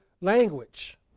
language